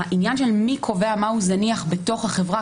העניין של מי קובע מה זניח בתוך החברה,